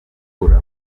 gukura